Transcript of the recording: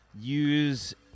use